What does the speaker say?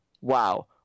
wow